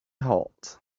hot